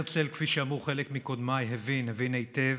הרצל, כפי שאמרו חלק מקודמיי, הבין, הבין היטב,